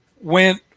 went